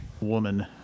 woman